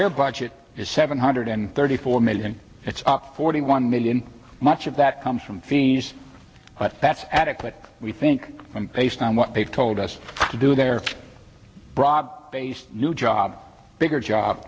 their budget is seven hundred and thirty four million it's forty one million much of that comes from fees but that's adequate we think based on what they've told us to do their broad based new job bigger job